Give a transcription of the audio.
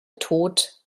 tod